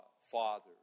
Father